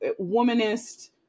womanist